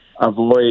avoid